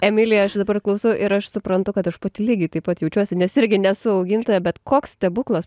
emilija aš dabar klausau ir aš suprantu kad aš pati lygiai taip pat jaučiuosi nes irgi nesu augintoja bet koks stebuklas